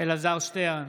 אלעזר שטרן,